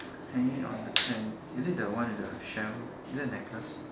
hanging on the tent is it the one with the shell is that necklace